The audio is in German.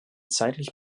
zeitlich